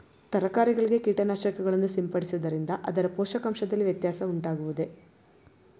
ತರಕಾರಿಗಳಿಗೆ ಕೀಟನಾಶಕಗಳನ್ನು ಸಿಂಪಡಿಸುವುದರಿಂದ ಅದರ ಪೋಷಕಾಂಶದಲ್ಲಿ ವ್ಯತ್ಯಾಸ ಉಂಟಾಗುವುದೇ?